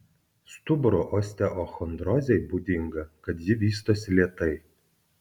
stuburo osteochondrozei būdinga kad ji vystosi lėtai